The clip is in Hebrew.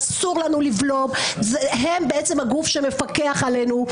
אסור לנו לבלום, והם בעצם הגוף שמפקח עלינו.